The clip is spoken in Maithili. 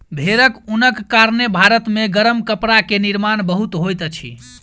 भेड़क ऊनक कारणेँ भारत मे गरम कपड़ा के निर्माण बहुत होइत अछि